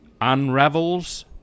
unravels